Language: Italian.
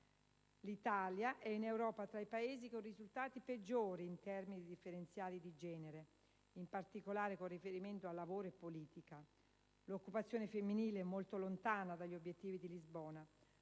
L'Italia è in Europa tra i Paesi con i risultati peggiori in termini di differenziali di genere, in particolare con riferimento a lavoro e politica; l'occupazione femminile è molto lontana dagli obiettivi di Lisbona.